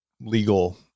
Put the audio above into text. legal